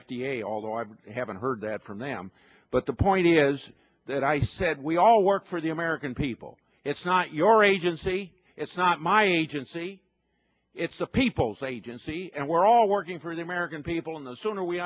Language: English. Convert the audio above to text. a although i haven't heard that from them but the point is that i said we all work for the american people it's not your agency it's not my agency it's the people's agency and we're all working for the american people and the sooner we